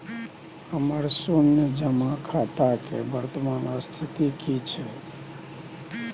हमर शुन्य जमा खाता के वर्तमान स्थिति की छै?